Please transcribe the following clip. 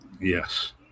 Yes